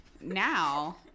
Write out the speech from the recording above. Now